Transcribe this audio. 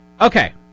okay